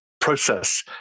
process